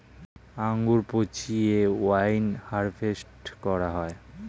আঙ্গুর পচিয়ে wine harvest করা হয়